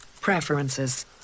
Preferences